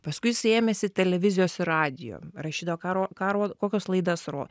paskui jis ėmėsi televizijos ir radijo rašydavo ka ro ka ro kokias laidas rodo